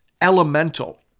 elemental